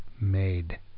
Made